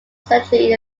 sanctuary